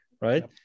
right